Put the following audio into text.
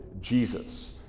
Jesus